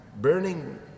burning